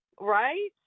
Right